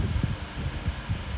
transcribing is like